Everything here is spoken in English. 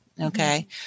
Okay